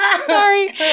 Sorry